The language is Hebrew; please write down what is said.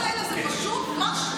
הלילות האלה זה פשוט משהו.